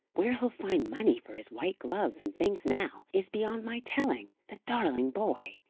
where he'll find money for his white gloves and things now, is beyond my telling, the darling boy!